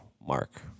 mark